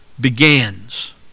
begins